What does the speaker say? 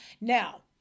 Now